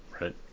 Right